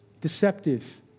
Deceptive